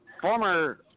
former